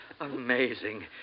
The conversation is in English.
Amazing